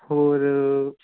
ਹੋਰ